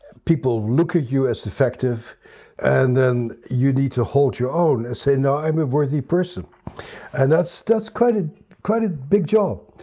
people look at ah you as effective and then you need to hold your own and say, no, i'm a worthy person and that's that's quite a quite a big job.